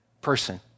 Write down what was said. person